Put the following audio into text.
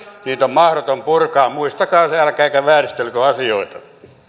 niitä on mahdoton purkaa muistakaa se älkääkä vääristelkö asioita